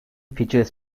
features